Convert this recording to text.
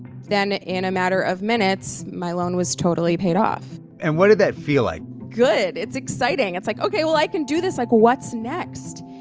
then, in a matter of minutes, my loan was totally paid off and what did that feel like? good. it's exciting. it's like, ok, well, i can do this. like, what's next?